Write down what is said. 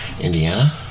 Indiana